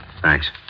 Thanks